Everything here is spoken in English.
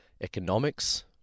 economics